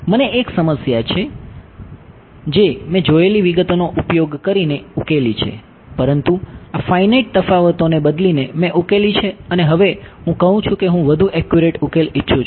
મને એક સમસ્યા છે જે મેં જોયેલી વિગતોનો ઉપયોગ કરીને ઉકેલી છે પરંતુ આ ફાઇનાઇટ તફાવતોને બદલીને મેં ઉકેલી છે અને હવે હું કહું છું કે હું વધુ એક્યુરેટ ઉકેલ ઇચ્છું છું